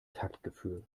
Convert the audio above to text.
taktgefühl